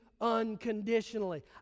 unconditionally